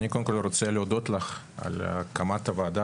קודם כול אני רוצה להודות לך על הקמת הוועדה